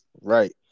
Right